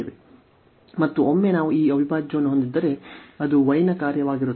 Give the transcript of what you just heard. ಮತ್ತು ಒಮ್ಮೆ ನಾವು ಈ ಅವಿಭಾಜ್ಯವನ್ನು ಹೊಂದಿದ್ದರೆ ಅದು y ನ ಕಾರ್ಯವಾಗಿರುತ್ತದೆ